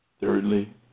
Thirdly